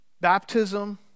baptism